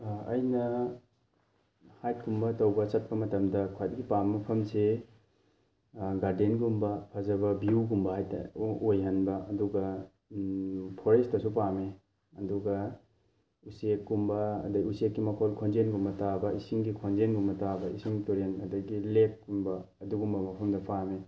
ꯑꯩꯅ ꯍꯥꯏꯛꯀꯨꯝꯕ ꯇꯧꯕ ꯆꯠꯄ ꯃꯇꯝꯗ ꯈ꯭ꯋꯥꯏꯗꯒꯤ ꯄꯥꯝꯕ ꯃꯐꯝꯁꯤ ꯒꯥꯔꯗꯦꯟꯒꯨꯝꯕ ꯐꯖꯕ ꯕ꯭ꯌꯨꯒꯨꯃꯕ ꯍꯥꯏꯇꯥꯔꯦ ꯑꯣꯏꯍꯟꯕ ꯑꯗꯨꯒ ꯐꯣꯔꯦꯁꯇꯁꯨ ꯄꯥꯝꯃꯦ ꯑꯗꯨꯒ ꯎꯆꯦꯛꯀꯨꯝꯕ ꯑꯗꯩ ꯎꯆꯦꯛꯀꯤ ꯃꯈꯣꯜ ꯈꯣꯟꯖꯦꯟꯒꯨꯝꯕ ꯇꯥꯕ ꯏꯁꯤꯡꯒꯤ ꯈꯣꯟꯖꯦꯟꯒꯨꯝꯕ ꯇꯥꯕꯗ ꯏꯁꯤꯡ ꯇꯨꯔꯦꯟ ꯑꯗꯒꯤ ꯂꯦꯛꯀꯨꯝꯕ ꯑꯗꯨꯒꯨꯝꯕ ꯃꯐꯝꯗ ꯄꯥꯝꯃꯤ